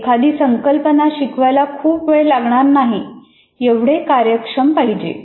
एखादी संकल्पना शिकवायला खूप वेळ लागणार नाही एवढे कार्यक्षम पाहिजे